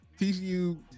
TCU